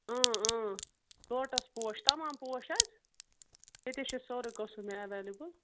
اۭں اۭں لوٹَس پوش تَمام پوش حظ ییٚتہِ چھِ سورُے قسٕم مےٚ ایٚولیبٕل